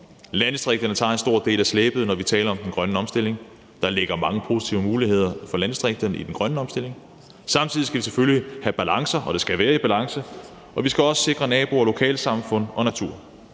Landdistrikterne tager en stor del af slæbet, når vi taler om den grønne omstilling, og der ligger mange positive muligheder for landdistrikterne i den grønne omstilling, men samtidig skal det selvfølgelig også være i balance, og vi skal sikre naboer, lokalsamfund og natur.